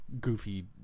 goofy